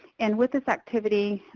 and with this activity,